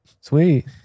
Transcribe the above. Sweet